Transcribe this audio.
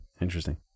Interesting